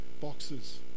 Boxes